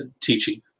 teaching